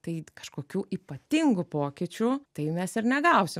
tai kažkokių ypatingų pokyčių tai mes ir negausim